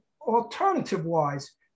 alternative-wise